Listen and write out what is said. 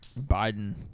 Biden